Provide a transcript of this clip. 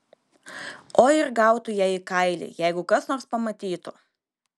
oi ir gautų jie į kailį jeigu kas nors pamatytų